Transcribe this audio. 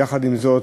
יחד עם זה,